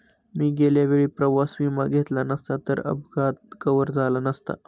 मी गेल्या वेळी प्रवास विमा घेतला नसता तर अपघात कव्हर झाला नसता